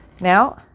now